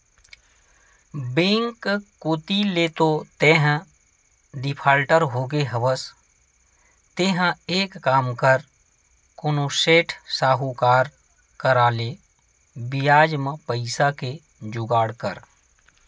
bank कोती ले तो तेंहा डिफाल्टर होगे हवस तेंहा एक काम कर कोनो सेठ, साहुकार करा ले बियाज म पइसा के जुगाड़ कर